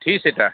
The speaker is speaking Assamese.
three seater